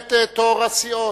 כעת תור הסיעות.